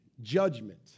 Judgment